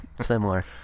similar